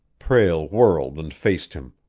prale whirled and faced him.